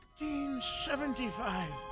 1875